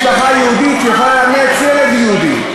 משפחה יהודית שיכולה לאמץ ילד יהודי,